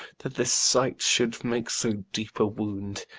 that this sight should make so deep a wound,